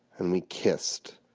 and we kissed.